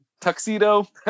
tuxedo